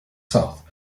south